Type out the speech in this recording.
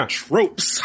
tropes